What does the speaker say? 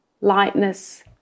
lightness